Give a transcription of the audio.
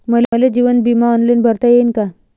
मले जीवन बिमा ऑनलाईन भरता येईन का?